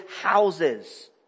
houses